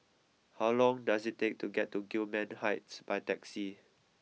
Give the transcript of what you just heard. how long does it take to get to Gillman Heights by taxi